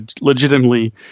legitimately